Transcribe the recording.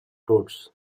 toads